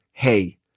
Hey